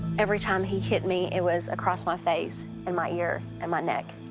every time he hit me, it was across my face and my ear and my neck.